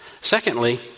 Secondly